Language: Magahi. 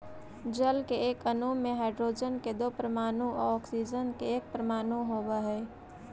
जल के एक अणु में हाइड्रोजन के दो परमाणु आउ ऑक्सीजन के एक परमाणु होवऽ हई